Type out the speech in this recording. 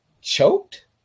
choked